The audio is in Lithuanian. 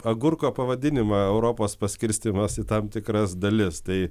agurko pavadinimą europos paskirstymas į tam tikras dalis tai